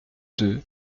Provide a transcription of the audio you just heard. deux